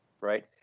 right